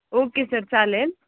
okay sir चालेल